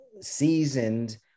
seasoned